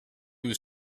was